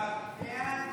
חוק המקרקעין